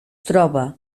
troba